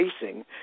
facing